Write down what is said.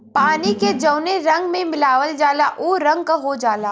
पानी के जौने रंग में मिलावल जाला उ रंग क हो जाला